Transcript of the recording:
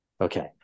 Okay